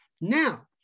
Now